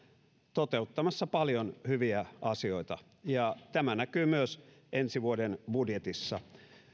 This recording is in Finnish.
toteuttamassa paljon hyviä asioita ja tämä näkyy myös ensi vuoden budjetissa